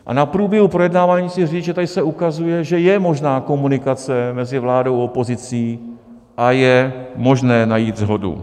A na průběhu projednávání chci říct, že tady se ukazuje, že je možná komunikace mezi vládou a opozicí a je možné najít shodu.